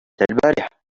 البارحة